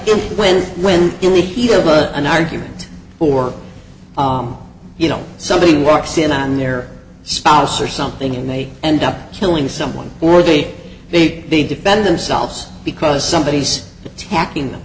win when in the heat of a an argument or you know somebody walks in on their spouse or something and they end up killing someone or they they they defend themselves because somebody is tackling them